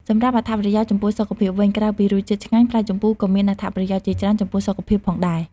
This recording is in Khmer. សម្រាប់អត្ថប្រយោជន៍ចំពោះសុខភាពវិញ ក្រៅពីរសជាតិឆ្ងាញ់ ផ្លែជម្ពូក៏មានអត្ថប្រយោជន៍ជាច្រើនចំពោះសុខភាពផងដែរ។